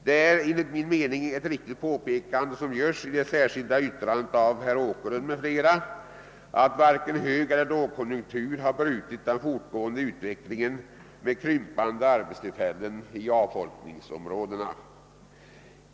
Det är enligt min mening ett riktigt påpekande som görs i det särskilda yttrandet av herr Åkerlund m.fl., att varken högeller lågkonjunktur har brutit den fortgående utvecklingen med krympande arbetstillfällen i avfolkningsområdena.